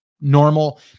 normal